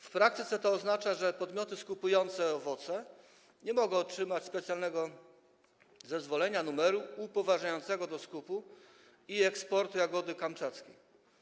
W praktyce to oznacza, że podmioty skupujące owoce nie mogą otrzymać specjalnego zezwolenia, numeru upoważniającego do skupu i eksportu jagody kamczackiej.